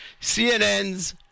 CNN's